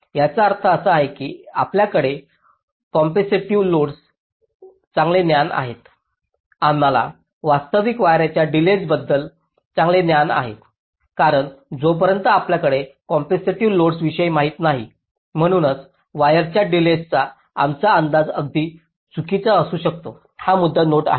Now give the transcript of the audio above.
याचा अर्थ असा की आपल्याकडे कॅपेसिटिव्ह लोडसचे चांगले ज्ञान आहे आम्हाला वास्तविक वायरांच्या डिलेज बद्दल चांगले ज्ञान आहे कारण जोपर्यंत आपल्याकडे कॅपेसिटिव्ह लोडसविषयी माहिती नाही म्हणूनच वायरांच्या डिलेज चा आमचा अंदाज अगदी चुकीचा असू शकतो हा मुद्दा नोट आहे